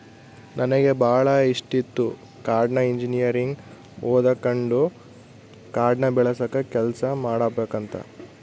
ನನಗೆ ಬಾಳ ಇಷ್ಟಿತ್ತು ಕಾಡ್ನ ಇಂಜಿನಿಯರಿಂಗ್ ಓದಕಂಡು ಕಾಡ್ನ ಬೆಳಸ ಕೆಲ್ಸ ಮಾಡಬಕಂತ